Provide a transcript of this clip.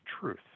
truth